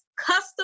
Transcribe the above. Custom